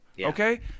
okay